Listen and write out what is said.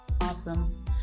Awesome